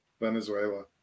Venezuela